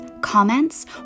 Comments